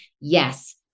yes